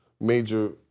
major